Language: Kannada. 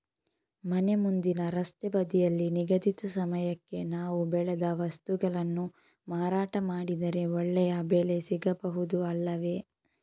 ಮನೆ ಮುಂದಿನ ರಸ್ತೆ ಬದಿಯಲ್ಲಿ ನಿಗದಿತ ಸಮಯಕ್ಕೆ ನಾವು ಬೆಳೆದ ವಸ್ತುಗಳನ್ನು ಮಾರಾಟ ಮಾಡಿದರೆ ಒಳ್ಳೆಯ ಬೆಲೆ ಸಿಗಬಹುದು ಅಲ್ಲವೇ?